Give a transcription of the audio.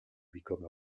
become